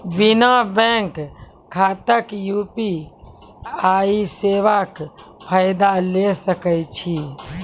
बिना बैंक खाताक यु.पी.आई सेवाक फायदा ले सकै छी?